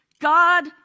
God